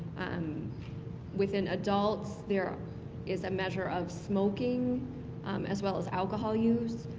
um within adults, there is a measure of smoking as well as alcohol use,